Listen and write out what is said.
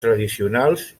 tradicionals